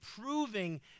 proving